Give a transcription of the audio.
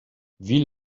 wie